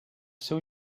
seu